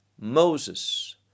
Moses